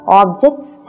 objects